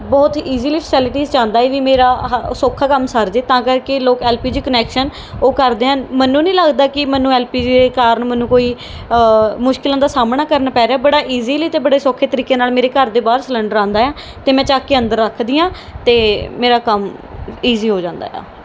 ਬਹੁਤ easily facilities ਚਾਹੁੰਦਾ ਹੈ ਵੀ ਮੇਰਾ ਆਹ ਸੌਖਾ ਕੰਮ ਸਰ ਜੇ ਤਾਂ ਕਰਕੇ ਲੋਕ ਐੱਲ ਪੀ ਜੀ ਕਨੈਕਸ਼ਨ ਉਹ ਕਰਦੇ ਹਨ ਮੈਨੂੰ ਨਹੀਂ ਲੱਗਦਾ ਕਿ ਮੈਨੂੰ ਐੱਲ ਪੀ ਜੀ ਦੇ ਕਾਰਨ ਮੈਨੂੰ ਕੋਈ ਮੁਸ਼ਕਲਾਂ ਦਾ ਸਾਹਮਣਾ ਕਰਨਾ ਪੈ ਰਿਹਾ ਬੜਾ ਇਜ਼ੀਲੀ ਅਤੇ ਬੜੇ ਸੌਖੇ ਤਰੀਕੇ ਨਾਲ ਮੇਰੇ ਘਰ ਦੇ ਬਾਹਰ ਸਿਲੰਡਰ ਆਉਂਦਾ ਆ ਅਤੇ ਮੈਂ ਚੱਕ ਕੇ ਅੰਦਰ ਰੱਖਦੀ ਹਾਂ ਅਤੇ ਮੇਰਾ ਕੰਮ ਈਜ਼ੀ ਹੋ ਜਾਂਦਾ ਆ